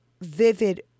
vivid